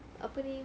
apa ni